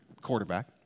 quarterback